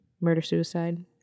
Murder-suicide